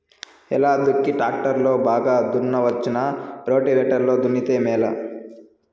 ఎలా దుక్కి టాక్టర్ లో బాగా దున్నవచ్చునా రోటివేటర్ లో దున్నితే మేలా?